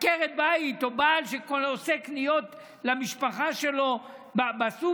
עקרת בית או בעל שעושה קניות למשפחה שלו בסופר,